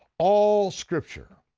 all scripture,